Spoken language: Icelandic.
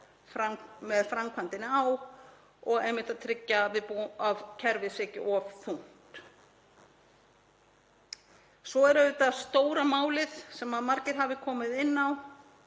með framkvæmdinni á og einmitt að tryggja að kerfið sé ekki of þungt. Svo er auðvitað stóra málið sem margir hafa komið inn á